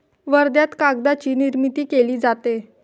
वर्ध्यात कागदाची निर्मिती केली जाते